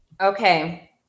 Okay